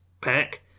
pack